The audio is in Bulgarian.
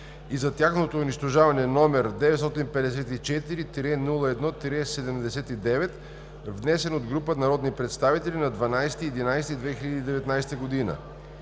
и за тяхното унищожаване, № 954-01-79, внесен от група народни представители на 12 ноември 2019 г.